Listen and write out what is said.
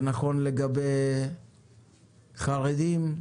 זה נכון לגבי חרדים.